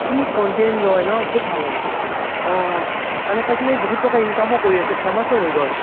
কি কন্টেন লয় ন বহুত ভাল লাগে অ' মানে চাইছে নে সি বহুত টকা ইনকামো কৰি আছে ফেমাচো হৈ গ'ল